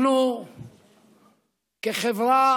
אנחנו כחברה